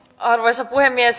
arvoisa puhemies